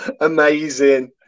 Amazing